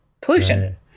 pollution